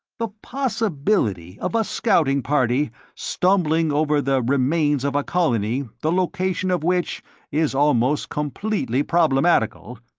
the possibility of a scouting party stumbling over the remains of a colony the location of which is almost completely problematical,